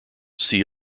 see